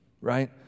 right